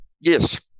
Yes